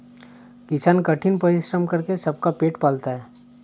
किसान कठिन परिश्रम करके सबका पेट पालता है